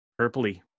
Purpley